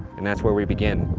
and that's where we begin.